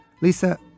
Lisa